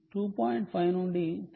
5 నుండి 3